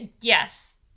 Yes